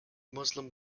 muslim